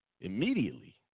immediately